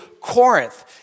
Corinth